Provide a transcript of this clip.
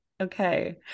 Okay